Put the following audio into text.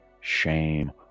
shame